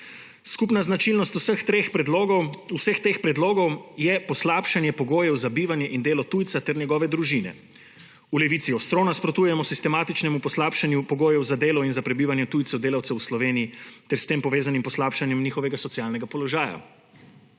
Skupna značilnost vseh teh predlogov je poslabšanje pogojev za bivanje in delo tujca ter njegove družine. V Levici ostro nasprotujemo sistematičnemu poslabšanju pogojev za delo in za prebivanje tujcev delavcev v Sloveniji ter s tem povezanim poslabšanjem njihovega socialnega položaja.